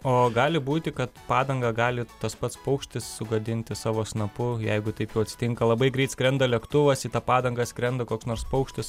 o gali būti kad padangą gali tas pats paukštis sugadinti savo snapu jeigu taip atsitinka labai greit skrenda lėktuvas į tą padangą skrenda koks nors paukštis